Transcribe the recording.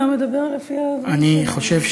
הוא היה מדבר לפי הזמן שלו.